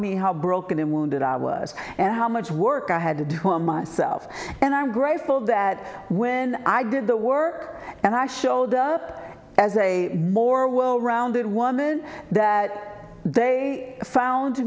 me how broken and wounded i was and how much work i had to do for myself and i'm grateful that when i did the work and i showed up as a more well rounded woman that they found